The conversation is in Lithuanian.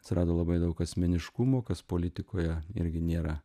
atsirado labai daug asmeniškumo kas politikoje irgi nėra